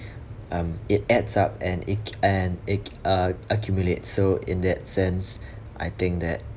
um it adds up and ac~ and ac~ uh accumulate so in that sense I think that